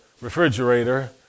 refrigerator